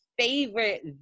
favorite